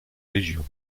légion